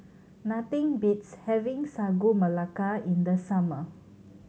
nothing beats having Sagu Melaka in the summer